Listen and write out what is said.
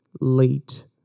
late